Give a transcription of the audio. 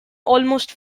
almost